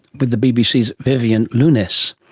with the bbc's vivienne nunis.